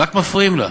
רק מפריעים לה.